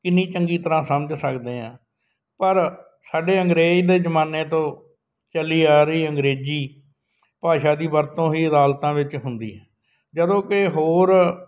ਕਿੰਨੀ ਚੰਗੀ ਤਰ੍ਹਾਂ ਸਮਝ ਸਕਦੇ ਹਾਂ ਪਰ ਸਾਡੇ ਅੰਗਰੇਜ਼ ਦੇ ਜ਼ਮਾਨੇ ਤੋਂ ਚੱਲੀ ਆ ਰਹੀ ਅੰਗਰੇਜ਼ੀ ਭਾਸ਼ਾ ਦੀ ਵਰਤੋਂ ਹੀ ਅਦਾਲਤਾਂ ਵਿੱਚ ਹੁੰਦੀ ਜਦੋਂ ਕਿ ਹੋਰ